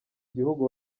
gihugu